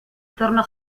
tornò